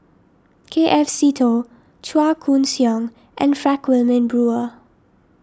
K F Seetoh Chua Koon Siong and Frank Wilmin Brewer